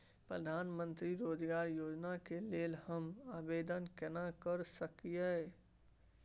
प्रधानमंत्री रोजगार योजना के लेल हम आवेदन केना कर सकलियै?